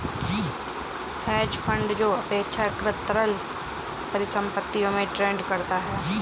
hedge fund जो अपेक्षाकृत तरल परिसंपत्तियों में ट्रेड करता है